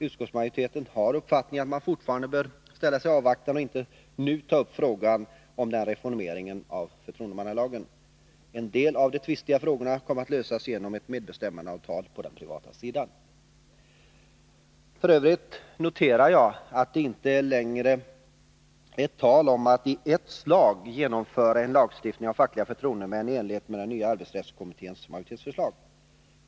Utskottsmajoriteten har uppfattningen att man fortfarande bör ställa sig avvaktande och inte nu ta upp frågan om en reformering av förtroendemannalagen. En del av de tvistiga frågorna kan komma att lösas genom ett medbestämmandeavtal på den privata sidan. F. ö. noterar jag att det inte längre är tal om att i ett slag genomföra en lagstiftning om fackliga förtroendemän i enlighet med nya arbetsrättskommitténs majoritetsförslag.